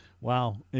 Wow